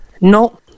No